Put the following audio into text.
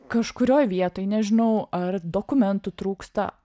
kažkurioj vietoj nežinau ar dokumentų trūksta